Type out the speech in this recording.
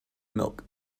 milk